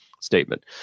statement